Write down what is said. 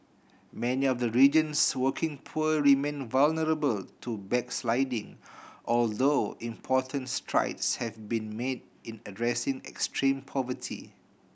many of the region's working poor remain vulnerable to backsliding although important strides have been made in addressing extreme poverty